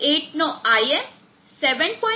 8 નો IM 7